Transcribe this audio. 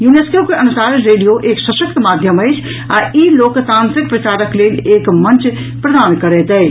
UNESCO के अनुसार radio एक सशक्त माध्यम अछि आ ई लोकतांत्रिक प्रचारक लेल एक मंच प्रदान करैत अछि